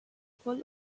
full